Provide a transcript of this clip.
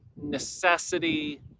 necessity